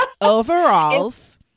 overalls